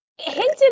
Hinted